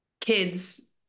kids